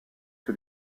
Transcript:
que